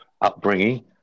upbringing